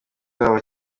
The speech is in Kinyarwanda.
babo